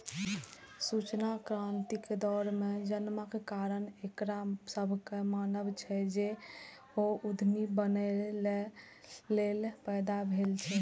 सूचना क्रांतिक दौर मे जन्मक कारण एकरा सभक मानब छै, जे ओ उद्यमी बनैए लेल पैदा भेल छै